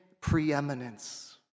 preeminence